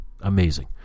Amazing